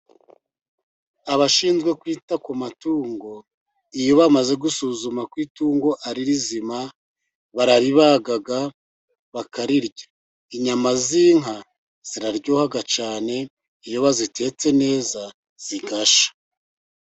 Abashinzwe kwita ku matungo iyo bamaze gusuzuma ko itungo ari rizima, bararibaga bakarirya. Inyama z'inka ziraryoha cyane, iyo bazitetse neza zigashya.